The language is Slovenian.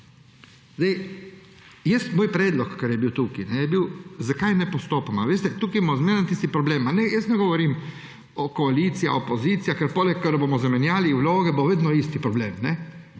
Moj predlog, ki je bil tukaj, je bil, zakaj ne postopamo. Veste, tukaj bomo imamo zmeraj tisti problem, jaz ne govorim koalicija–opozicija, ker potem, ker bomo zamenjali vloge, bo vedno isti problem.